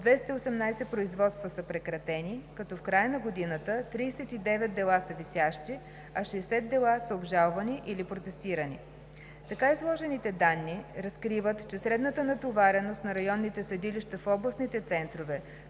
218 производства са прекратени, като в края на годината 39 дела са висящи, а 60 дела са обжалвани или протестирани. Така изложени, данните разкриват, че средната натовареност на районните съдилища в областните центрове,